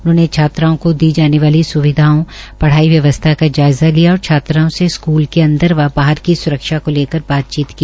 उन्होंने छात्राओं को दी जाने वाली स्विधाओं पढ़ाड़ व्यवस्था का जायज़ा लिया और छात्राओं से स्कूल के अदंर व बाहर की स्रक्षा को लेकर बातचीत की